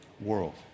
world